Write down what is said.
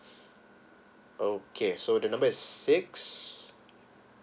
okay so the number is six